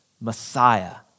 Messiah